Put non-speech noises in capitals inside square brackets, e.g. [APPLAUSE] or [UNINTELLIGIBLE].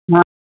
[UNINTELLIGIBLE]